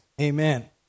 Amen